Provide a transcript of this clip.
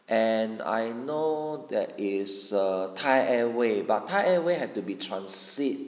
and I know that is err thai airway but thai airway have to be transit